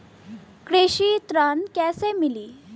कृषि ऋण कैसे मिली?